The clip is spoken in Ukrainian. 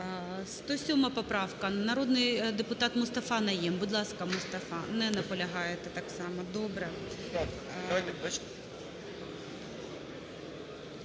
107 поправка, народний депутат Мустафа Найєм. Будь ласка, Мустафа. Не наполягаєте, так само. 111-а,